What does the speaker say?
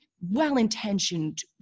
well-intentioned